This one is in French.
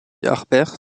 harbert